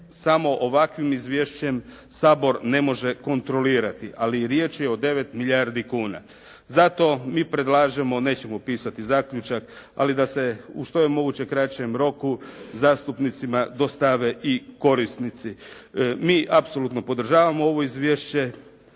samo ovakvim izvješćem Sabor ne može kontrolirati. Ali, riječ je o 9 milijardi kuna. Zato mi predlažemo, nećemo pisati zaključak, ali da je u što je moguće kraćem roku zastupnicima dostave i korisnici. Mi apsolutno podržavamo ovo izvješće,